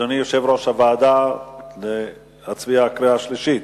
אדוני יושב-ראש הוועדה, להצביע בקריאה שלישית?